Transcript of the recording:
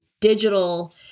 digital